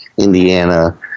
Indiana